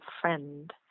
friend